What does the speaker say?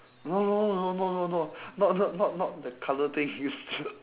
no no no no no no no not not not not the colour thing you st~